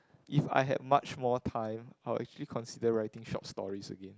if I had much more time I would actually consider writing short stories again